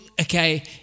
okay